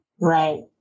right